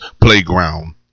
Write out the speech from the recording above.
Playground